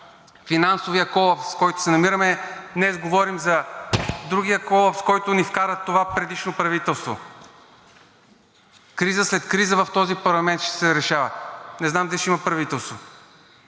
финансовия колапс, в който се намираме, днес говорим за другия колапс, в който ни вкара това предишно правителство. Криза след криза в този парламент ще се решава. Не знам дали ще има правителство.